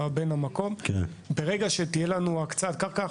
בן המקום ברגע שתהיה לנו הקצאת קרקע,